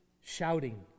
shouting